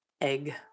egg